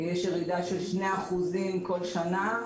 יש ירידה של 2% כל שנה,